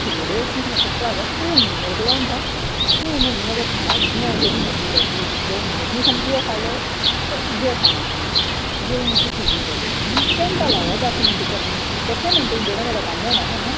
हत्थ जोड़े उसी में आक्खेआ भ्रावेआ हून निं मेरे कोला होंदा हून में इयां गै खाना जि'यां एह् जेह्दी मर्जी करदी उसी जेह् मर्जी समझियै खाई लाओ पर इ'यै खाना पौना की के हून उसी ठीक नेईं करी सकदी ही मिगी घैंटा लाया दस्स मिंट दस्सें मैंटे च जेह्ड़ा मेरा कम्म होना हा